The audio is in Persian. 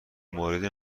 موردی